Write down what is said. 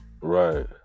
Right